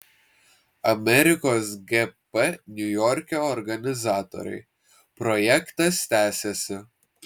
amerikos gp niujorke organizatoriai projektas tęsiasi